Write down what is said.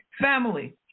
Family